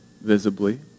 visibly